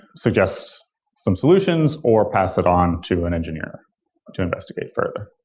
suggests some solutions or pass it on to an engineer to investigate further.